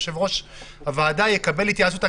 יושב-ראש הוועדה יקבל החלטה אחרי התייעצות.